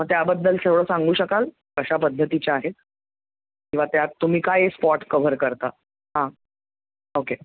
मग त्याबद्दल थोडं सांगू शकाल कशा पद्धतीच्या आहेत किंवा त्यात तुम्ही काय स्पॉट कव्हर करता हां ओके